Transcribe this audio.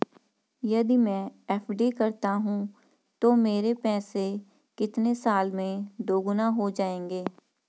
यदि मैं एफ.डी करता हूँ तो मेरे पैसे कितने साल में दोगुना हो जाएँगे?